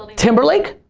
timberlake?